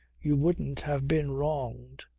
you wouldn't have been wronged.